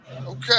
Okay